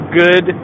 good